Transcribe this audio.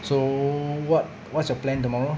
so what what's your plan tomorrow